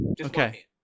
Okay